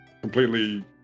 completely